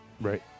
Right